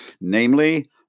namely